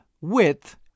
width